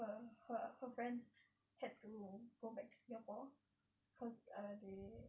her her friends had to go back to singapore cause ah they